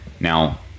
Now